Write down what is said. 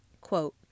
Quote